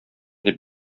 дип